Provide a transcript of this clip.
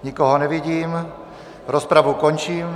Nikoho nevidím, rozpravu končím.